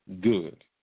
good